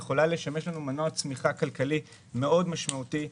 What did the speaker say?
היא יכולה לשמש לנו מנוע צמיחה כלכלי משמעותי מאוד.